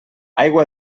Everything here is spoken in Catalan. aigua